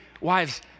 wives